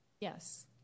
Yes